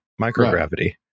microgravity